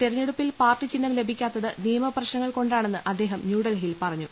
തെരഞ്ഞെടുപ്പിൽ പാർട്ടി ചിഹ്നം ലഭിക്കാ ത്തത് നിയമ പ്രശ്നങ്ങൾ കൊണ്ടാണെന്ന് അദ്ദേഹം ന്യൂഡൽഹി യിൽ പറഞ്ഞു